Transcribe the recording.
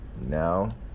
Now